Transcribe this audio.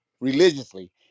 religiously